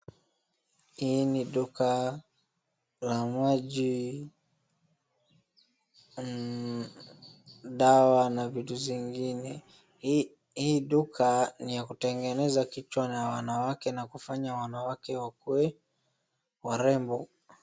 Hii ni duka la maji dawa na vitu zingine hii duka ni ya kutengeneza kichwa na wanawake na kufanya wanawake wakuwe warembo